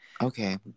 Okay